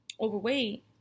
overweight